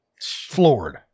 Floored